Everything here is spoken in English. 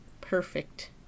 perfect